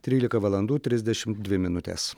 trylika valandų trisdešimt dvi minutės